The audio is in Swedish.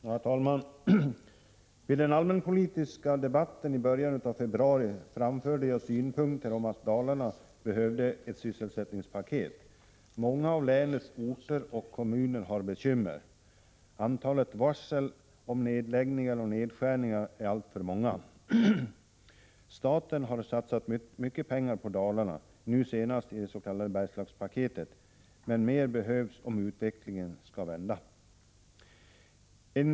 Herr talman! Vid den allmänpolitiska debatten i början av februari framförde jag synpunkter om att Dalarna behöver ett sysselsättningspaket. Många av länets orter och kommuner har bekymmer. Antalet varsel om nedläggningar och nedskärningar är alltför stort. Staten har satsat mycket pengar på Dalarna, nu senast i det s.k. Bergslagspaketet, men mera behövs om utvecklingen skall vända.